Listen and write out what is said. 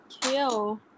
kill